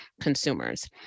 consumers